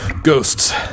Ghosts